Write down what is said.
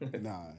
nah